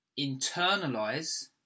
internalize